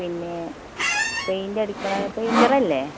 പിന്നെ പെയിൻറ് അടിക്കുന്ന പെയിൻ്റർ അല്ലേ